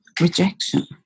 rejection